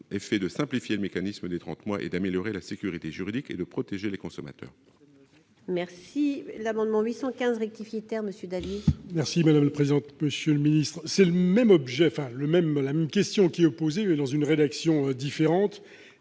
effet de simplifier le mécanisme des trente mois, d'améliorer la sécurité juridique et de protéger les consommateurs.